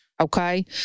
Okay